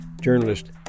Journalist